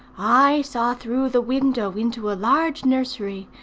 i saw through the window into a large nursery,